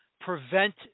prevent